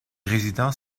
résidents